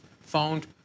found